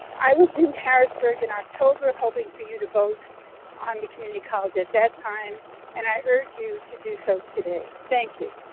i was in harrisburg in october, hoping for you to vote on the community college at that time and i urge you to do so today. thank you.